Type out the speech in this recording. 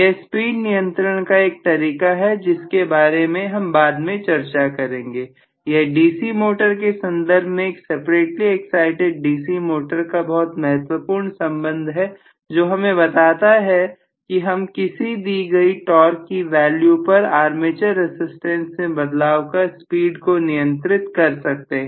यह स्पीड नियंत्रण का एक तरीका है जिसके बारे में हम बाद में चर्चा करेंगे यह डीसी मोटर के संदर्भ में एक सेपरेटली एक्साइटिड डीसी मोटर का बहुत महत्वपूर्ण संबंध है जो हमें बताता है कि हम किसी दी गई टॉर्क की वैल्यू पर आर्मेचर रसिस्टेंस में बदलाव कर स्पीड को नियंत्रित कर सकते हैं